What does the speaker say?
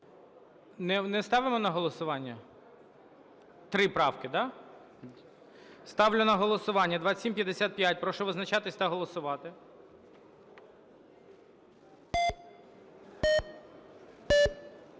Не ставимо на голосування? Три правки, да? Ставлю на голосування 2375. Прошу визначатись та голосувати.